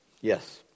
Yes